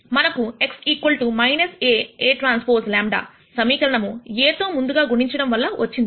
మనకు x A Aᵀ λ సమీకరణము A తో ముందుగా గుణించడం వలన వచ్చింది